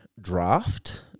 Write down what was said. draft